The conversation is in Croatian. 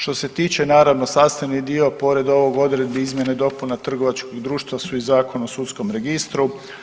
Što se tiče naravno sastavni dio pored ovog odredbi izmjena i dopuna trgovačkih društva su i Zakon o sudskom registru.